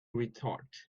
retort